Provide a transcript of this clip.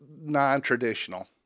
non-traditional